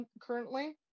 currently